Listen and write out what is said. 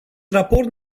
raport